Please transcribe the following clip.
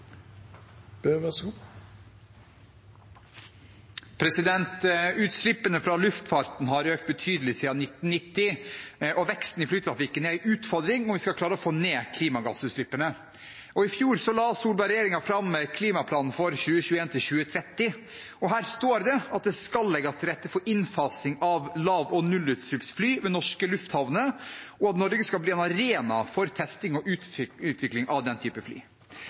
luftfarten har økt betydelig siden 1990, og veksten i flytrafikken er en utfordring om vi skal klare å få ned klimagassutslippene. I fjor la Solberg-regjeringen fram Klimaplanen for 2021–2030, og her står det at det skal legges til rette for innfasing av lav- og nullutslippsfly ved norske lufthavner, og at Norge skal bli en arena for testing og utvikling av den type fly.